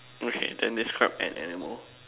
okay then describe an animal